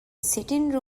ސިޓިންގ